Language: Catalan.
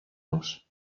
los